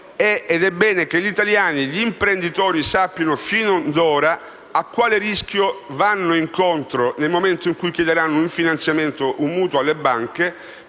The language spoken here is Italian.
ed è bene che gli imprenditori italiani sappiano sin d'ora a quale rischio vanno incontro nel momento in cui chiederanno un finanziamento, un mutuo alle banche.